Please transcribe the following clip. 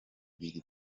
biri